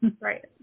right